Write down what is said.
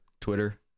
Twitter